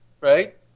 right